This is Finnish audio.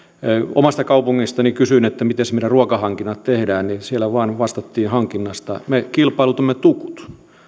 omasta kaupungistani kysyin että mites meidän ruokahankinnat tehdään ja siellä vastattiin hankinnasta me kilpailutamme tukut